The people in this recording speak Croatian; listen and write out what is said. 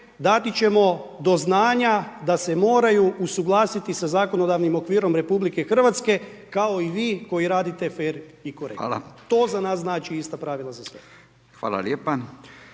dati ćemo do znanja da se moraju usuglasiti sa zakonodavnim okvirom RH kao i vi koji radite fer i korektno. To za nas znači ista pravila za sve. **Radin,